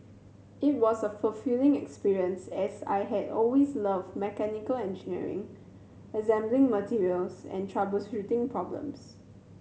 it was a fulfilling experience as I had always loved mechanical engineering assembling materials and troubleshooting problems